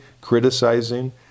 criticizing